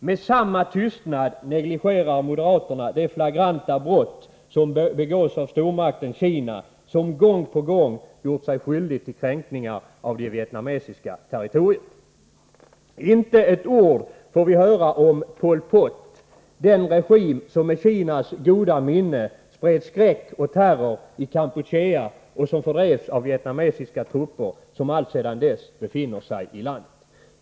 Med samma tystnad negligerar moderaterna de flagranta brott som begås av stormakten Kina, som gång på gång gjort sig skyldigt till kränkningar av det vietnamesiska territoriet. Inte ett ord får vi höra om Pol Pot, den regim som med Kinas goda minne spred skräck och terror i Kampuchea och som fördrevs av vietnamesiska trupper som alltsedan dess befinner sig i landet.